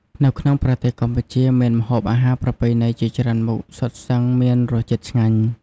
នៅក្នុងប្រទេសកម្ពុជា មានម្ហូបអាហារប្រពៃណីជាច្រើនមុខសុទ្ធសឹងមានរសជាតិឆ្ងាញ់។